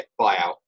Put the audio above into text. buyout